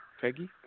Peggy